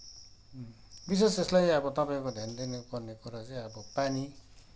विशेष यसलाई तपाईँको ध्यान दिनुपर्ने कुरा चाहिँ अब पानी